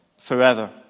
forever